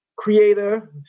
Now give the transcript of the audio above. creator